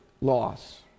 loss